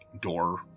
door